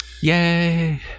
yay